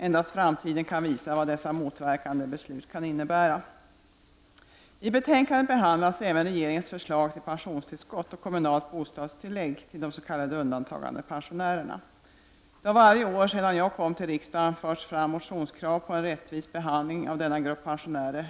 Endast framtiden kan visa vad dessa motverkande beslut kan innebära. I betänkandet behandlas även regeringens förslag till pensionstillskott och kommunalt bostadstillägg till de s.k. undantagandepensionärerna. Det har varje år sedan jag kom till riksdagen förts fram motionskrav på en rättvis behandling av denna grupp pensionärer.